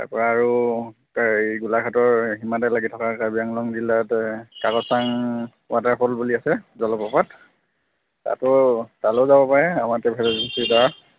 তাৰপৰা আৰু এই হেৰি গোলাঘাটৰ সীমাতে লাগি থকা কাৰ্বি আংলং জিলা আছে কাকচাং ৱাটাৰ ফল বুলি আছে জলপ্ৰপাত তাতো তালৈয়ো যাব পাৰে আমাৰ ট্ৰেভেল এজেঞ্চিৰ পৰা